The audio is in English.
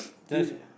just